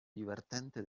divertente